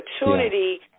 opportunity